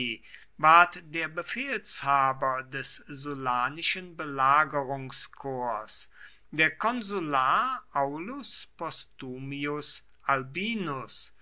der befehlshaber des sullanischen belagerungskorps der konsular aulus postumius albinus